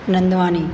Nandwani